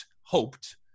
hoped